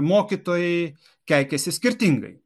mokytojai keikiasi skirtingai